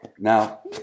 Now